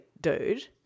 dude